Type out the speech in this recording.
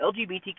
LGBTQ